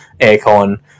aircon